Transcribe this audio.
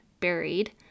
buried